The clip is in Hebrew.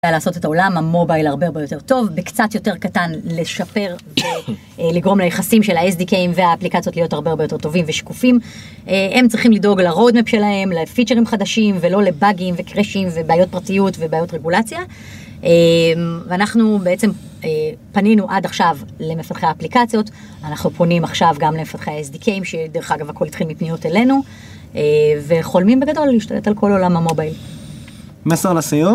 לעשות את עולם המובייל הרבה הרבה יותר טוב, בקצת יותר קטן, לשפר, לגרום ליחסים של ה-sdkים והאפליקציות להיות הרבה הרבה יותר טובים ושקופים. הם צריכים לדאוג ל-roadmap שלהם, לפיצ'רים חדשים, ולא לבאגים וקרשים ובעיות פרטיות ובעיות רגולציה. ואנחנו בעצם פנינו עד עכשיו למפתחי האפליקציות, אנחנו פונים עכשיו גם למפתחי ה-sdkים, שדרך אגב הכל התחיל מפניות אלינו, וחולמים בגדול להשתלט על כל עולם המובייל. מסר לסיום?